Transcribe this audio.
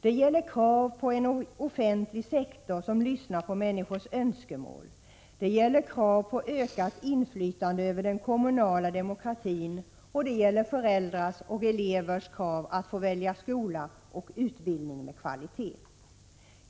Det gäller krav på en offentlig sektor som lyssnar på människors önskemål, det gäller krav på ökat inflytande över den kommunala demokratin och det gäller föräldrars och elevers krav att få välja skola och utbildning med kvalitet.